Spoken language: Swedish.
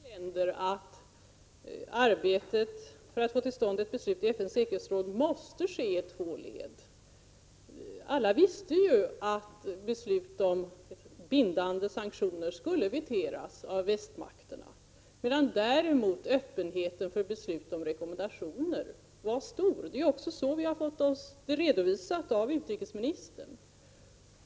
Herr talman! Det stod ju klart för Sverige och för många andra länder att arbetet för att få till stånd ett beslut i FN:s säkerhetsråd måste ske i två led. Alla visste att västmakterna skulle inlägga sitt veto mot beslut om bindande sanktioner, medan däremot öppenheten för beslut om rekommendationer varstor. Det är så utrikesministern har redovisat det för oss.